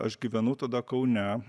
aš gyvenu tada kaune